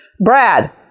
Brad